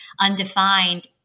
undefined